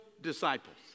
disciples